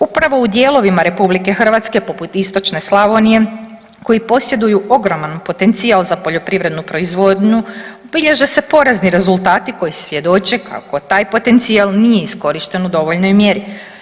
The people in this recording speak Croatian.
Upravo u dijelovima RH poput istočne Slavonije koji posjeduju ogroman potencijal za poljoprivrednu proizvodnju bilježe se porazni rezultati koji svjedoče kao taj potencijal nije iskorišten u dovoljnoj mjeri.